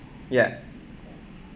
ya